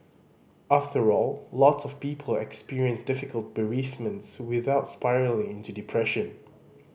after all lots of people experience difficult bereavements without spiralling into depression